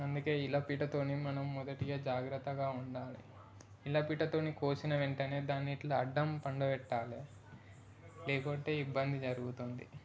అందుకే ఇల పీటతోని మనం మొదటిగా జాగ్రత్తగా ఉండాలి ఇల పీటతో కోసిన వెంటనే దాన్నిలా అడ్డం పడుక్కో బెట్టాలి లేకుంటే ఇబ్బంది జరుగుతుంది